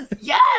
Yes